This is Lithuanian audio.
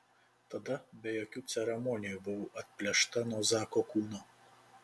tada be jokių ceremonijų buvau atplėšta nuo zako kūno